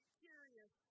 curious